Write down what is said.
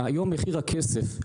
היום מחיר הכסף,